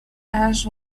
ash